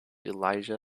elijah